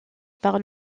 par